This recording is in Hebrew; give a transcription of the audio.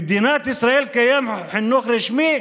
במדינת ישראל קיים חינוך רשמי?